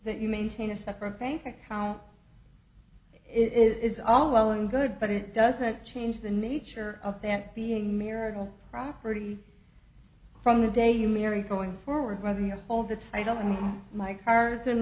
that you maintain a separate bank account is all well and good but it doesn't change the nature of that being miracle property from the day you marry going forward whether you have all the title from my cars in